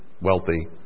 wealthy